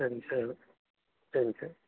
சரிங்க sir thanks sir